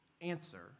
answer